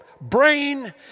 brain